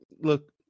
look